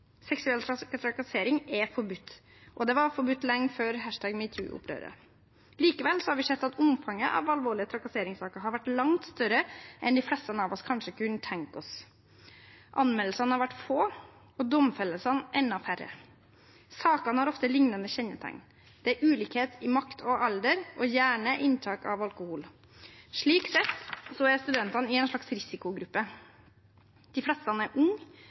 Seksuell trakassering er forbudt, og det var forbudt lenge før metoo-opprøret. Likevel har vi sett at omfanget av alvorlige trakasseringssaker har vært langt større enn de fleste av oss kanskje kunne tenke oss. Anmeldelsene har vært få og domfellelsene enda færre. Sakene har ofte liknende kjennetegn: Det er ulikhet i makt og alder, og gjerne inntak av alkohol. Slik sett er studentene i en slags risikogruppe. De fleste er